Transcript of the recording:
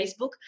Facebook